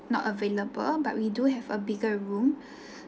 not available but we do have a bigger room